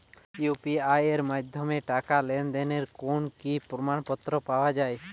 UPI এর মাধ্যমে টাকা লেনদেনের কোন কি প্রমাণপত্র পাওয়া য়ায়?